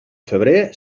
febrer